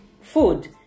food